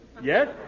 Yes